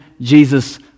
Jesus